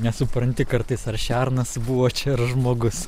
nesupranti kartais ar šernas buvo čia ar žmogus